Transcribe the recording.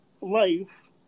life